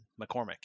McCormick